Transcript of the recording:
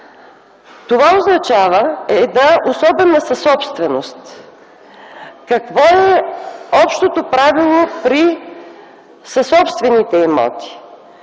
Това означава една особена съсобственост. Какво е общото правило при съсобствените имоти?